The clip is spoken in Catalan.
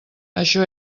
això